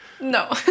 no